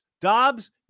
Dobbs